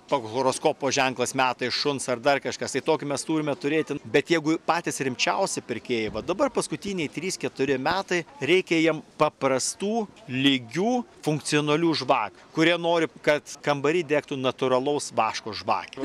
toks horoskopo ženklas metai šuns ar dar kažkas tai tokį mes turime turėti bet jeigu patys rimčiausi pirkėjai va dabar paskutiniai trys keturi metai reikia jiem paprastų lygių funkcionalių žvakių kurie nori kad kambary degtų natūralaus vaško žvakė